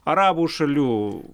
arabų šalių